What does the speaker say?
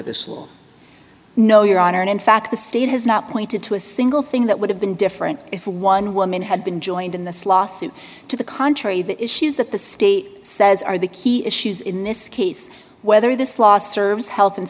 this no your honor and in fact the state has not pointed to a single thing that would have been different if one woman had been joined in this lawsuit to the contrary the issues that the state says are the key issues in this case whether this law serves health and